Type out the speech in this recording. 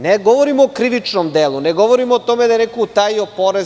Ne govorimo o krivičnom delu, ne govorimo o tome da je neko utajio porez.